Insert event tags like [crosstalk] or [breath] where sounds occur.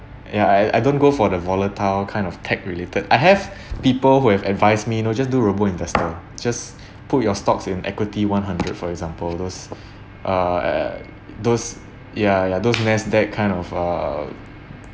ya I I don't go for the volatile kind of tech related I have [breath] people who have advised me you know just do robo investor just put your stocks in equity one hundred for example those err those ya ya those NASDAQ kind of uh